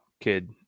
kid